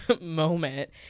moment